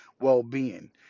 well-being